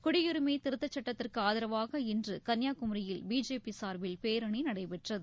குடியுரிமை திருத்தச் சட்டத்திற்கு ஆதரவாக இன்று கன்னியாகுமரியில் பிஜேபி சார்பில் பேரணி நடைபெற்றது